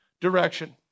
direction